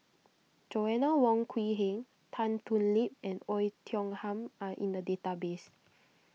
Joanna Wong Quee Heng Tan Thoon Lip and Oei Tiong Ham are in the database